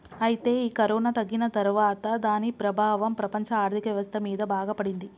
అయితే ఈ కరోనా తగ్గిన తర్వాత దాని ప్రభావం ప్రపంచ ఆర్థిక వ్యవస్థ మీద బాగా పడింది